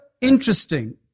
interesting